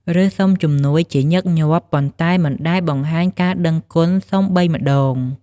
ឬសុំជំនួយជាញឹកញាប់ ប៉ុន្តែមិនដែលបង្ហាញការដឹងគុណសូម្បីម្ដង។